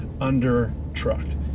under-trucked